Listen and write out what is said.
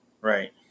Right